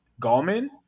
Gallman